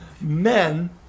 men